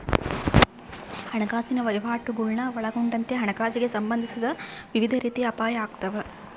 ಹಣಕಾಸಿನ ವಹಿವಾಟುಗುಳ್ನ ಒಳಗೊಂಡಂತೆ ಹಣಕಾಸಿಗೆ ಸಂಬಂಧಿಸಿದ ವಿವಿಧ ರೀತಿಯ ಅಪಾಯ ಆಗ್ತಾವ